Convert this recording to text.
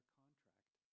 contract